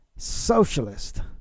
Socialist